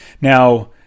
Now